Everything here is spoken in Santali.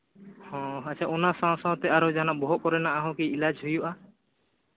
ᱦᱚᱸ ᱟᱪᱪᱷᱟ ᱚᱱᱟ ᱥᱟᱶ ᱥᱟᱶᱛᱮ ᱟᱨᱚ ᱡᱟᱦᱟᱱᱟᱜ ᱵᱚᱦᱚᱜ ᱠᱚᱨᱮᱜ ᱦᱚᱸ ᱠᱤ ᱮᱞᱟᱪ ᱦᱩᱭᱩᱜᱼᱟ